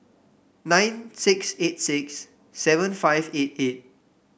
nine six eight six seven five eight eight